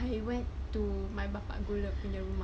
I went to my bapa gula punya room